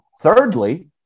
Thirdly